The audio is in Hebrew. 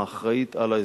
האחראית לאזור.